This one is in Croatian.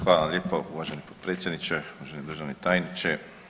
Hvala lijepo uvaženi potpredsjedniče, uvaženi državni tajniče.